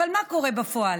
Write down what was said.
אבל מה קורה בפועל?